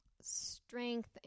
strength